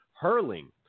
hurling